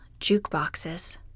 Jukeboxes